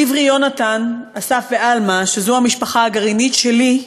עברי, יונתן, אסף ואלמה, שזו המשפחה הגרעינית שלי,